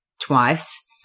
twice